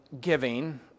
giving